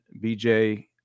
bj